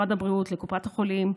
משרד הבריאות וקופות החולים,